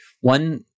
One